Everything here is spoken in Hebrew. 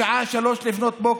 בשעה 03:00,